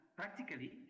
practically